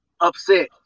upset